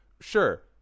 sure